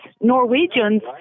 Norwegians